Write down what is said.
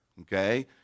okay